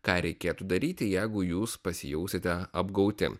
ką reikėtų daryti jeigu jūs pasijausite apgauti